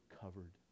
covered